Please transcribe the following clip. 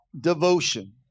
devotion